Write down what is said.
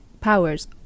powers